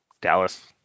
Dallas